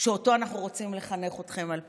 שאנחנו רוצים לחנך אתכם על פיו.